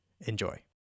Enjoy